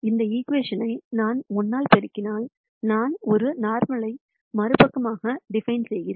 இந்த ஈகிவேஷன் நான் 1 ஆல் பெருக்கினால் நான் ஒரு நார்மல்லை மறுபக்கமாக டிபைன் செய்கிறேன்